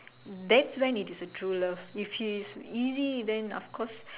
that's one it is a true love if it's easy then of course